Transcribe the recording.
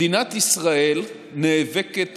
מדינת ישראל נאבקת